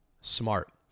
smart